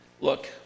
Look